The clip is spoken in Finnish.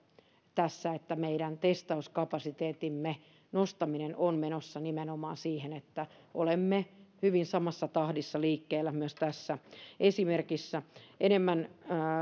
tässä eli meidän testauskapasiteettimme nostaminen on menossa nimenomaan siihen että olemme hyvin samassa tahdissa liikkeellä kuin myös tässä esimerkissä enemmän